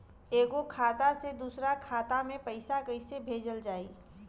एगो खाता से दूसरा खाता मे पैसा कइसे भेजल जाई?